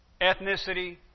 ethnicity